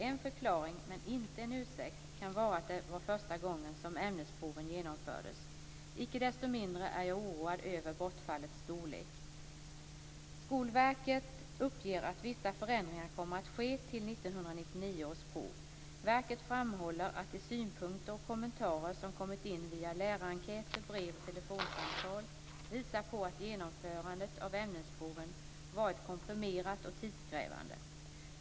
En förklaring, men inte en ursäkt, kan vara att det var första gången som ämnesproven genomfördes. Icke desto mindre är jag oroad över bortfallets storlek. Skolverket uppger att vissa förändringar kommer att ske till 1999 års prov. Verket framhåller att de synpunkter och kommentarer som kommit in via lärarenkäter, brev och telefonsamtal visar på att genomförandet av ämnesproven varit komprimerat och tidskrävande.